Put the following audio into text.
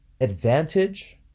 advantage